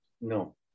No